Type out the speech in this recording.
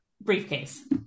briefcase